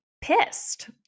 pissed